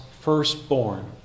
firstborn